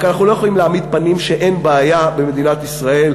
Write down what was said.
רק שאנחנו לא יכולים להעמיד פנים שאין בעיה במדינת ישראל,